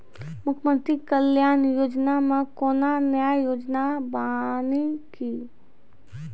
मुख्यमंत्री कल्याण योजना मे कोनो नया योजना बानी की?